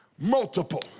Multiple